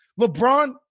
LeBron